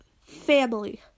Family